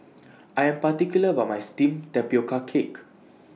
I Am particular about My Steamed Tapioca Cake